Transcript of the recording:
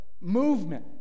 movement